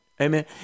Amen